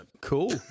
cool